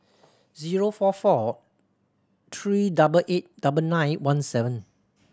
zero four four three double eight double nine one seven